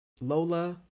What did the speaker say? Lola